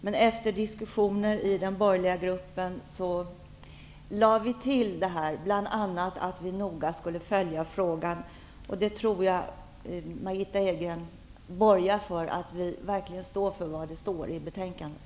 Men efter diskussioner i den borgerliga gruppen lade vi bl.a. till detta om att vi noga skulle följa frågan. Jag tror att Margitta Edgren borgar för att vi verkligen står för det som sägs i betänkandet.